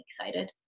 excited